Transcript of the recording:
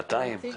שנתיים?